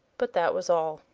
but that was all.